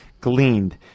gleaned